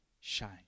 Shine